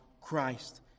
Christ